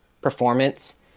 performance